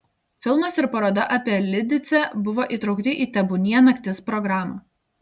filmas ir paroda apie lidicę buvo įtraukti į tebūnie naktis programą